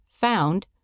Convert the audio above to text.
found